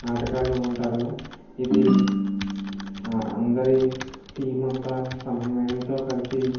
ఆటగాళ్లు ఉంటారు ఇది అందరి టీమ్ అంతా సమన్వయంతో కలిపి